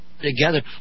together